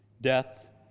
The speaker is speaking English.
death